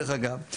דרך אגב.